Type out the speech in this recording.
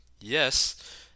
Yes